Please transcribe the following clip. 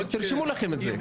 תרשמו לכם את זה.